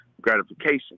gratification